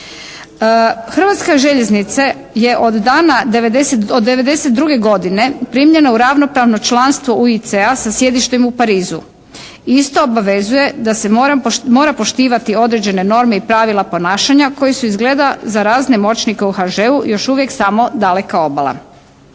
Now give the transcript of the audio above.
Hrvatske željeznice je od dana 90, od 1992. godine primljena u ravnopravno članstvo UIC-a sa sjedištem u Parizu. Isto obvezuje da se mora poštivati određene norme i pravila ponašanja koji su izgleda za razne moćnike u HŽ-u još uvijek samo «daleka obala».